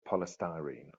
polystyrene